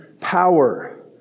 power